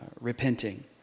repenting